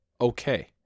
okay